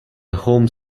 home